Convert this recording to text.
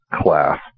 class